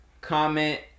comment